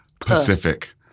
Pacific